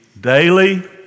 daily